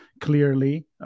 clearly